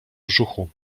brzuchu